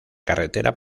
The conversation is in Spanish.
carretera